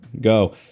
go